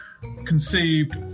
conceived